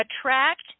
attract